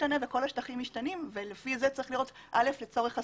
השטחים משתנים וצריך לראות, ראשית, לצורך הסיווג,